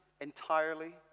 entirely